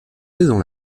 saison